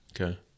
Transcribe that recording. Okay